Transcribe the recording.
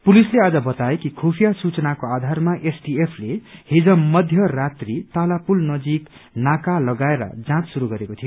पुलिसले आज बताए कि खुफिया सूचनाको आधारमा एसटीएफले हिज मध्य रात्री ताला पुल नजिक नाका लगाएर जाँच शुरू गरेको थियो